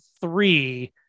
three